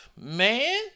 man